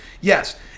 Yes